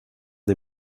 des